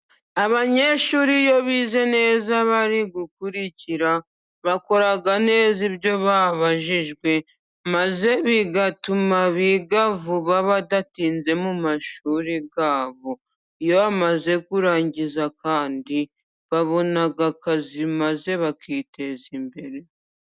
Abanyeshuri iyo bize neza bari gukurikira bakora neza ibyo babajijwe, maze bigatuma biga vuba badatinze mu mashuri yabo. Iyo bamaze kurangiza kandi babona akazi, maze bakiteza imbere.